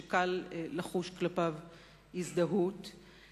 שקל לחוש כלפיו הזדהות,